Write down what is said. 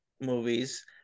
movies